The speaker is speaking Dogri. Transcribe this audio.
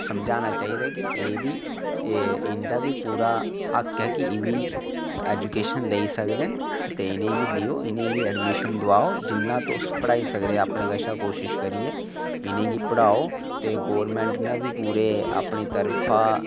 समझाना चाहिदा कि एह्बी ते इं'दा बी पूरा हक ऐ कि एह्बी एजूकेशन लेई सकदे न ते देओ ते इ'नेंगी बी एडमिशन दोआओ जां तुस पढ़ाई सकदे अपने कशा कोशिश करियै ते इ'नेंगी पढ़ाओ ते गौरमेंट ने इ'नेंगी अपने तरफा